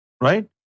Right